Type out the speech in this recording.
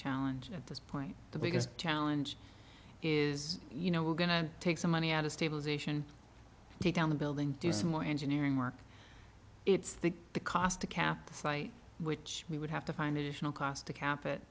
challenge at this point the biggest challenge is you know we're going to take some money out of stabilisation take down the building do some more engineering work it's the the cost to cap the site which we would have to find additional cost to cap it